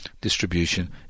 distribution